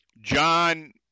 John